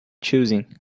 choosing